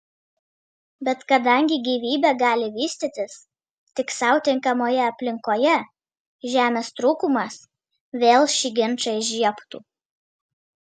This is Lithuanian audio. bet kadangi gyvybė gali vystytis tik sau tinkamoje aplinkoje žemės trūkumas vėl šį ginčą įžiebtų